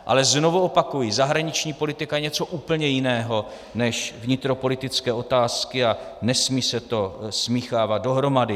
Ale znovu opakuji, zahraniční politika je něco úplně jiného než vnitropolitické otázky a nesmí se to smíchávat dohromady.